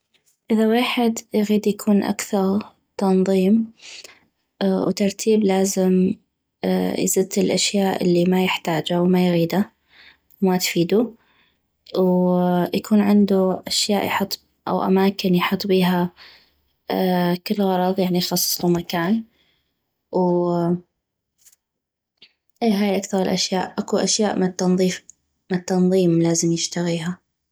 اذا ويحد يغيد يكون اكثغ تنظيم وترتيب لازم يزت الاشياء الي ما يحتاجا وما يغيدا وما تفيدو ويكون عندو اشياء او اماكن يحط بيها كل غرض يعني يخصصلو مكان اي هاي اكثغ الاشياء اكو اشياء مال تنظيف مال تنظيم لازم يشتغيها